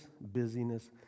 busyness